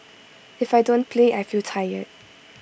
if I don't play I feel tired